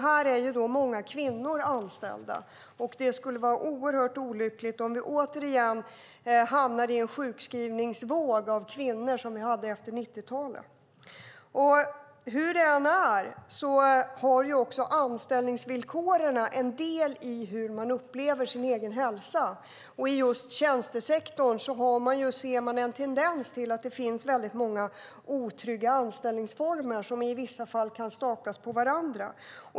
Här är många kvinnor anställda, och det skulle vara oerhört olyckligt om vi återigen hamnade i en sjukskrivningsvåg av kvinnor som vi hade efter 90-talet. Hur det än är har också anställningsvillkoren en del i hur man upplever sin egen hälsa, och i just tjänstesektorn ser vi en tendens till att det finns väldigt många otrygga anställningsformer, som i vissa fall kan staplas på varandra.